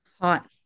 hot